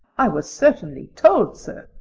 i was certainly told so.